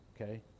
okay